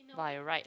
by right